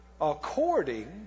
According